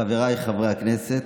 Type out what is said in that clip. חבריי חברי הכנסת,